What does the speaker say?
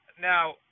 now